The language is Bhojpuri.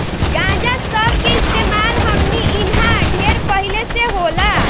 गांजा सब के इस्तेमाल हमनी इन्हा ढेर पहिले से होला